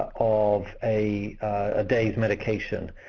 of a ah day's medication,